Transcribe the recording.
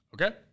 Okay